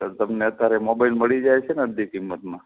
sir તમને અત્યારે mobile મળી જાય છે ને અડધી કિમતમાં